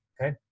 okay